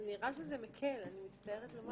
זה נראה לי מקל, אני מצטערת לומר.